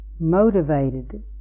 motivated